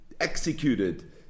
executed